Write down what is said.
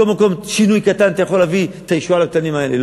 מכל שינוי קטן אתה יכול להביא את הישועה לקטנים האלה.